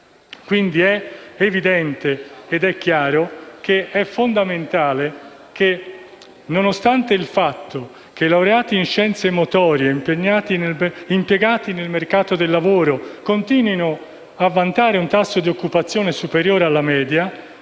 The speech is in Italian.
È evidente ed è chiaramente fondamentale che, nonostante il fatto che i laureati in scienze motorie impiegati nel mercato del lavoro continuino a vantare un tasso di occupazione superiore alla media,